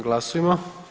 Glasujmo.